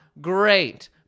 great